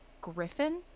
Griffin